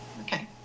Okay